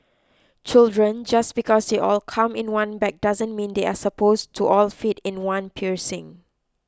children just because they all come in one bag doesn't mean they are suppose to all fit in one piercing